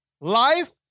life